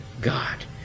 God